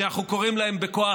שאנחנו קוראים להם בכוח,